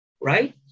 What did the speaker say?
Right